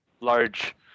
large